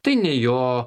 tai ne jo